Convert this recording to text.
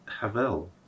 Havel